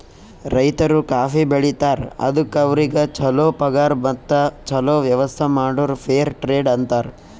ರೈತರು ಕಾಫಿ ಬೆಳಿತಾರ್ ಅದುಕ್ ಅವ್ರಿಗ ಛಲೋ ಪಗಾರ್ ಮತ್ತ ಛಲೋ ವ್ಯವಸ್ಥ ಮಾಡುರ್ ಫೇರ್ ಟ್ರೇಡ್ ಅಂತಾರ್